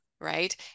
Right